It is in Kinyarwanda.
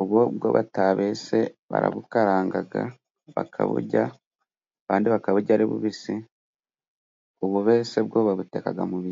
Ubwo ubwo batabese barabukarangaga bakaburya abandi bakaburya ari bubisi, ububese bwo babutekaga mu biryo.